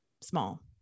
small